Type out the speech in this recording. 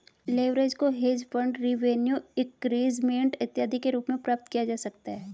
leverage को hedge fund revenue increment इत्यादि के रूप में प्राप्त किया जा सकता है